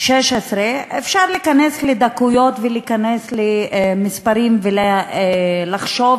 אפשר להיכנס לדקויות ולהיכנס למספרים ולחשוב